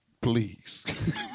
please